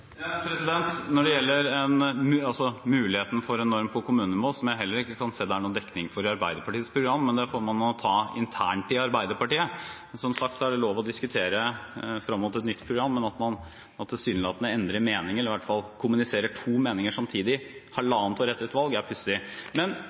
Når det gjelder muligheten for en norm på kommunenivå, kan jeg heller ikke se noen dekning for det i Arbeiderpartiets program, men det får man ta internt i Arbeiderpartiet. Som sagt er det lov å diskutere frem mot et nytt program, men at man tilsynelatende endrer mening, eller i hvert fall kommuniserer to meninger samtidig, halvannet år etter et valg, er pussig.